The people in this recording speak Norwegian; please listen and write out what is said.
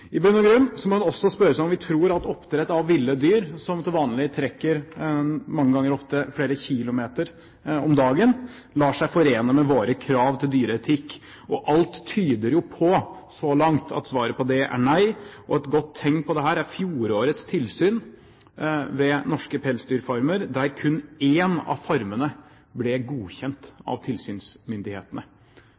I bunn og grunn må en også spørre seg om en tror at oppdrett av ville dyr, som til vanlig ofte trekker flere kilometer om dagen, lar seg forene med våre krav til dyreetikk. Alt tyder så langt på at svaret er nei, og et godt tegn på dette er fjorårets tilsyn ved norske pelsdyrfarmer, der kun én av farmene ble godkjent av tilsynsmyndighetene.